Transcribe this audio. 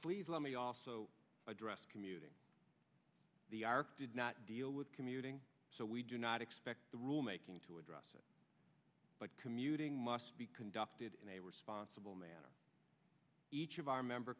please let me also address commuting the arc did not deal with commuting so we do not expect the rulemaking to address but commuting must be conducted in a responsible manner each of our member